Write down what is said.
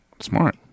smart